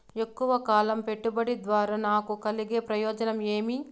ఎక్కువగా కాలం పెట్టుబడి ద్వారా నాకు కలిగే ప్రయోజనం ఏమి?